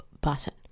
button